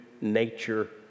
nature